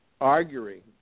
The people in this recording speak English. arguing